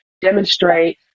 demonstrate